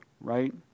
right